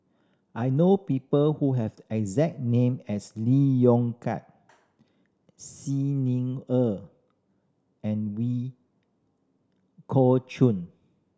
I know people who have exact name as Lee Yong Kiat Xi Ni Er and Kok Chuen